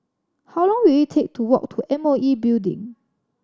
how long will it take to walk to M O E Building